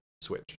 switch